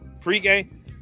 Pre-game